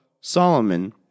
Solomon